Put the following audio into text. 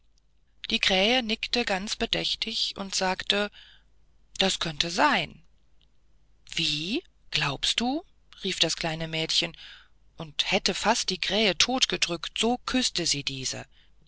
die krähe nickte ganz bedächtig und sagte das könnte sein wie glaubst du rief das kleine mädchen und hätte fast die krähe tot gedrückt so küßte sie diese